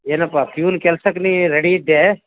ಏನಪ್ಪ ಪ್ಯೂನ್ ಕೆಲ್ಸಕ್ಕೆ ನೀನು ರೆಡಿಯಿದ್ದೀ